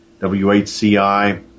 WHCI